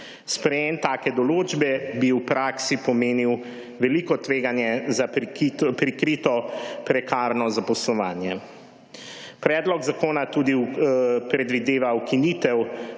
Sprejem take določbe bi v praksi pomenil veliko tveganje za prikrito prekarno zaposlovanje. Predlog zakona tudi predvideva ukinitev